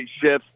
shifts